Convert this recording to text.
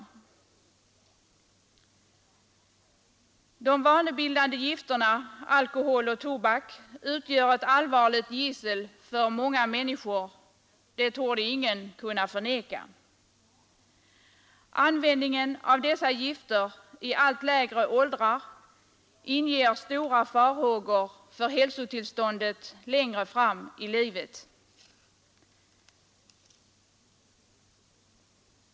De vanebildande gifterna alkohol och tobak utgör ett allvarligt gissel för många människor — det torde ingen kunna förneka. Användningen av dessa gifter i allt lägre åldrar inger stora farhågor för hälsotillståndet längre fram i livet.